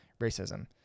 racism